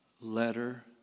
letter